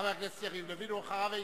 חבר הכנסת יריב לוין, ואחריו,